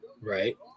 Right